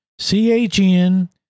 CHN